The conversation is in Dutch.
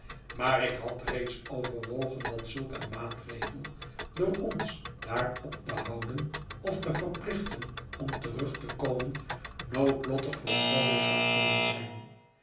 maar ik had reeds overwogen dat zulk een maatregel door ons daar op te houdenofte verplichten om terug te komen noodlottig voor provis zou kunnen zijn